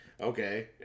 okay